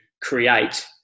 create